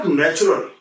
natural